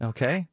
Okay